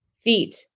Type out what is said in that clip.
feet